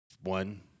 one